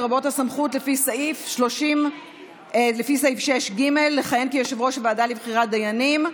לרבות הסמכות לפי סעיף 6(ג) לכהן כיושב-ראש הוועדה לבחירת דיינים.